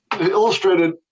illustrated